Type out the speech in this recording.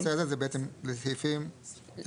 בנושא הזה, זה בעצם לסעיפים --- 44.